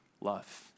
love